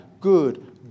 good